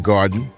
Garden